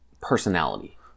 personality